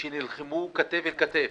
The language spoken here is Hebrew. שנלחמו כתף אל כתף,